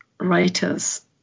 writers